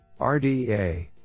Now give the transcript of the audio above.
RDA